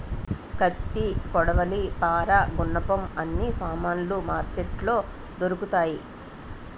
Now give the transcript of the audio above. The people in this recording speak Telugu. కత్తి కొడవలి పారా గునపం అన్ని సామానులు మార్కెట్లో దొరుకుతాయి